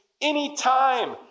anytime